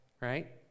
right